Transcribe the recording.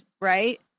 right